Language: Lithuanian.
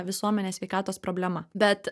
visuomenės sveikatos problema bet